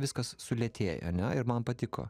viskas sulėtėjo ir man patiko